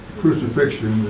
crucifixion